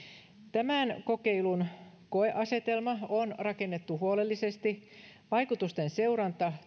tämän kokeilun koeasetelma on rakennettu huolellisesti vaikutusten seuranta